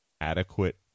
adequate